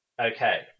okay